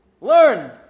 learn